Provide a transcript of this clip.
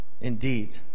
indeed